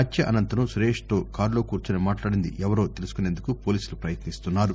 హత్య అనంతరం సురేష్తో కారులో కూర్పుని మాట్లాడింది ఎవరో తెలుసుకునేందుకు పోలీసులు పయత్నిస్తున్నారు